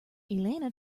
elena